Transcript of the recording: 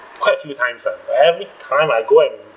quite a few times uh every time I go and